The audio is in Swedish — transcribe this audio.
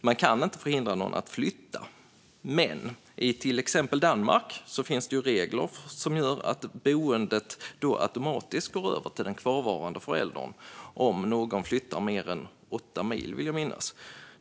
Man kan inte hindra någon att flytta, men i till exempel Danmark finns det regler som gör att boendet automatiskt går över till den kvarvarande föräldern om någon flyttar mer än 8 mil, vill jag minnas.